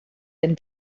denn